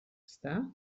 ezta